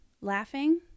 laughing